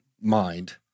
mind